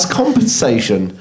compensation